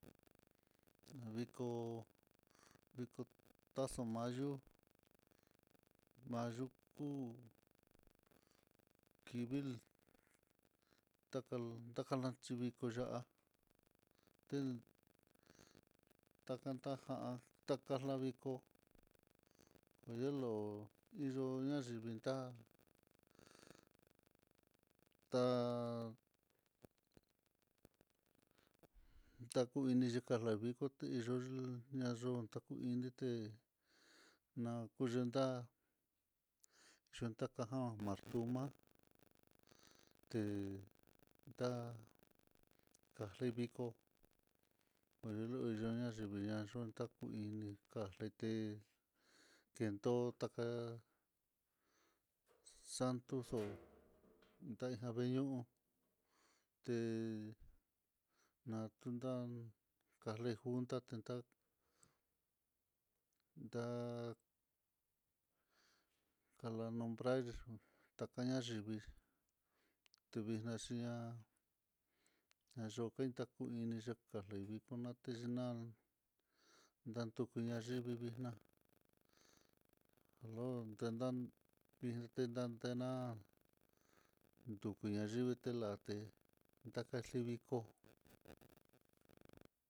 Aviko aviko taxun, amyo, mayo kuu kivik taka takalanchí niko ya'a, tel tajan taja'an takarlanko, ho yelo inyu andivi ta'á, ta taku ini yakalanviko té yol nayo ta ku ini té nakuyintá, yetakajan mardoma té ndá, karloi vikó kuyu kuyuñaivi ñá yon ta ku ini kárlete kento taka'a xatu xo'o, deja veeñu te natundan karle junta tendá nda kala nombrar, taña yivii tivixna xhiña'a ñayo kain ta kuu ini karle viko na'a ténal nakutu nayivii vina lontendan viltenantena, tuku nayivii telarté nakal yivii koo.